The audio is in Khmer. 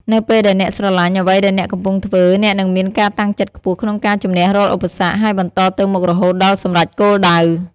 នៅពេលដែលអ្នកស្រឡាញ់អ្វីដែលអ្នកកំពុងធ្វើ អ្នកនឹងមានការតាំងចិត្តខ្ពស់ក្នុងការជំនះរាល់ឧបសគ្គ ហើយបន្តទៅមុខរហូតដល់សម្រេចគោលដៅ។